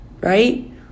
right